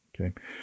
Okay